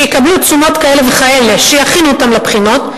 שיקבלו תשומות כאלה וכאלה שיכינו אותם לבחינות.